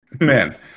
Man